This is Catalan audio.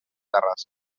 terrassa